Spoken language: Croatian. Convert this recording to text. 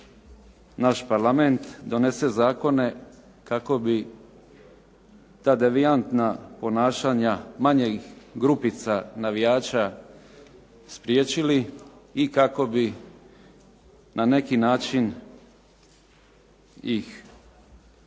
naš parlament donese zakone kako bi ta devijantna ponašanja manjih grupica navijača spriječili i kako bi na neki način da bi im